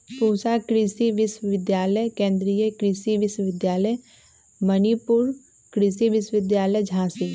पूसा कृषि विश्वविद्यालय, केन्द्रीय कृषि विश्वविद्यालय मणिपुर, कृषि विश्वविद्यालय झांसी